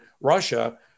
Russia